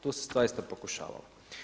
Tu se zaista pokušavalo.